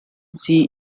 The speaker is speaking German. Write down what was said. sie